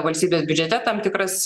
valstybės biudžete tam tikras